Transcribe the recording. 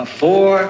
four